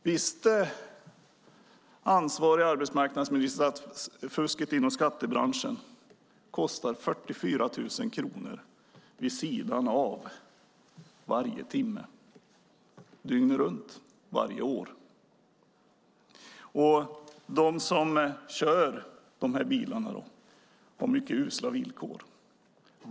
Visste ansvarig arbetsmarknadsminister att fusket inom taxibranschen kostar 44 000 kronor vid sidan av varje timme, dygnet runt, varje år? De som kör dessa bilar har mycket usla villkor.